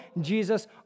Jesus